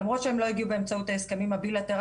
למרות שהם לא הגיעו באמצעות ההסכמים הבי-לאטרליים,